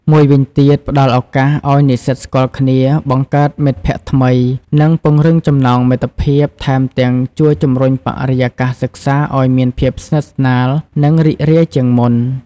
មួយវិញទៀត ផ្ដល់ឱកាសឱ្យនិស្សិតស្គាល់គ្នា បង្កើតមិត្តភក្តិថ្មី និងពង្រឹងចំណងមិត្តភាព ថែមទាំងជួយជំរុញបរិយាកាសសិក្សាអោយមានភាពស្និទ្ធស្នាល និងរីករាយជាងមុន។